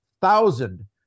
thousand